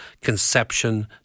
conception